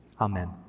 Amen